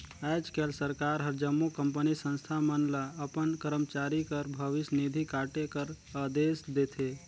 आएज काएल सरकार हर जम्मो कंपनी, संस्था मन ल अपन करमचारी कर भविस निधि काटे कर अदेस देथे